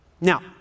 Now